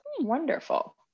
Wonderful